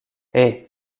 hey